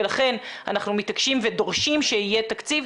ולכן אנחנו מתעקשים ודורשים שיהיה תקציב.